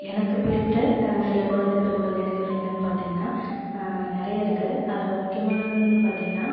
எனக்கு பிடித்த சில குழந்தைப் பருவகள் நினைவுகள் என்னன்னு பார்த்தீங்கனா நிறைய இருக்குது அதில் முக்கியமானது வந்துன்னு பார்த்தீங்கனா